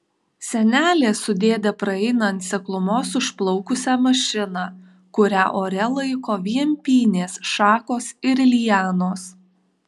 senelė su dėde praeina ant seklumos užplaukusią mašiną kurią ore laiko vien pynės šakos ir lianos